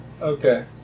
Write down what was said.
Okay